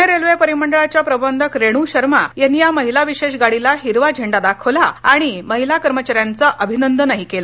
Pune railway परिमंडळ च्या प्रबंधक रेणू शर्मा यांनी या महिला विशेष गाडीला हिरवा झेंडा दाखवला आणि महिला कर्मचार्यांच अभिनंदन ही केलं